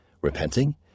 repenting